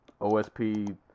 OSP